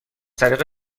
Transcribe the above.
طریق